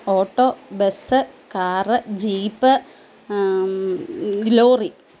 auto bus car jeep lorry